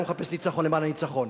אני לא מחפש ניצחון למען הניצחון,